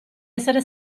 essere